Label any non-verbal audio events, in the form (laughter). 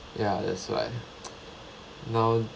ya that's why (noise) now